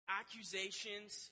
accusations